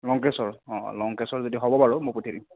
লংকেশ্বৰ অঁ অঁ লংকেশ্বৰ যদি হ'ব বাৰু মই পঠিয়াই দিম